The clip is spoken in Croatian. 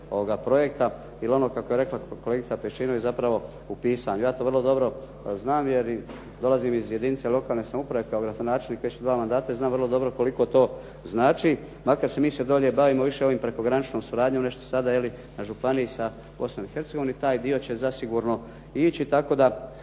samoga projekta ili ono kako je rekla kolegica Pejčinović, zapravo u pisanju. Ja to vrlo dobro znam jer dolazim iz jedinice lokalne samouprave kao gradonačelnik u već 2 mandata i znam vrlo dobro koliko to znači, makar mi se dolje bavimo više ovom prekograničnom suradnjom, nešto sada na županiji sa Bosnom i Hercegovinom i taj dio će zasigurno ići tako da